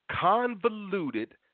convoluted